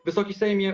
Wysoki Sejmie!